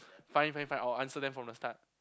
fine fine fine I will answer them from the start